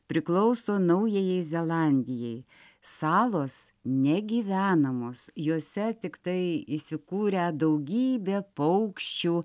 priklauso naujajai zelandijai salos negyvenamos jose tiktai įsikūrę daugybė paukščių